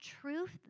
truth